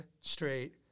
straight